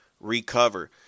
recover